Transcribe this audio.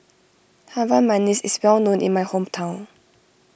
Harum Manis is well known in my hometown